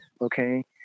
okay